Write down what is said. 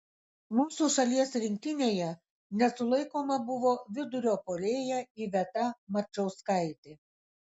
mūsų šalies rinktinėje nesulaikoma buvo vidurio puolėja iveta marčauskaitė